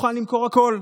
מוכן למכור הכול,